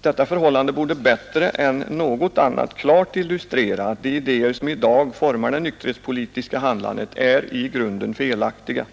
Detta förhållande borde bättre än något annat klart illustrera att de idéer som i dag formar det nykterhetspolitiska handlandet är i grunden felaktiga.